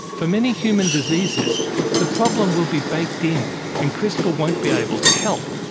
for many human diseases the problem will be baked in and crispr won't be able to help.